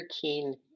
keen